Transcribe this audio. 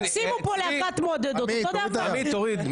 שימו פה להקת מעודדות אותו דבר, מה זה משנה.